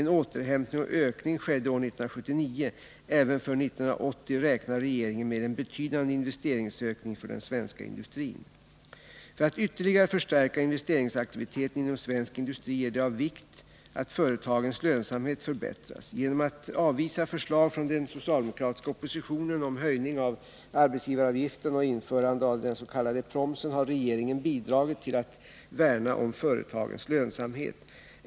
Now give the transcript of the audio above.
En återhämtning och ökning skedde år 1979. Även för år 1980 räknar regeringen med en betydande investeringsökning för den svenska industrin. För att investeringsaktiviteten inom svensk industri skall kunna förstärkas ytterligare är det av vikt att företagens lönsamhet förbättras. Genom att avvisa förslag från den socialdemokratiska oppositionen om höjning av arbetsgivaravgiften och införande av den s.k. promsen har regeringen bidragit till att värna om företagens lönsamhet.